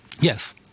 Yes